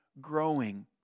growing